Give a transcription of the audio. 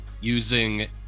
using